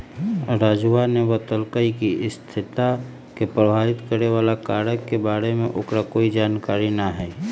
राजूवा ने बतल कई कि स्थिरता के प्रभावित करे वाला कारक के बारे में ओकरा कोई जानकारी ना हई